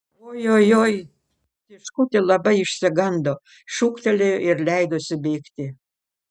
oi oi oi tiškutė labai išsigando šūktelėjo ir leidosi bėgti